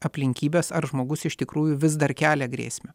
aplinkybės ar žmogus iš tikrųjų vis dar kelia grėsmę